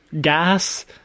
gas